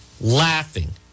Laughing